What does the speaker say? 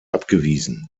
abgewiesen